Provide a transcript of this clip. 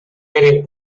eren